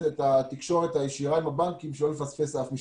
את התקשורת הישירה עם הבנקים כדי שלא נפספס אף משפחה.